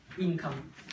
income